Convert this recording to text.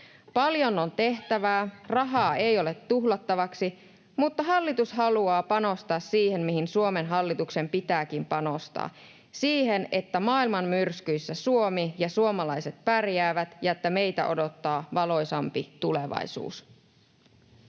Paljon on tehtävää, rahaa ei ole tuhlattavaksi, mutta hallitus haluaa panostaa siihen, mihin Suomen hallituksen pitääkin panostaa — siihen, että maailman myrskyissä Suomi ja suomalaiset pärjäävät ja että meitä odottaa valoisampi tulevaisuus.